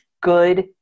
good